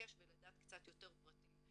להתעקש ולדעת קצת יותר פרטים.